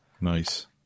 Nice